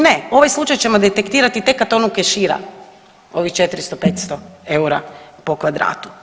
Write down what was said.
Ne, ovaj slučaj ćemo detektirati tek kad on ukešira ovih 400, 500 eura po kvadratu.